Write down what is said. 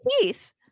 teeth